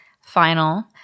final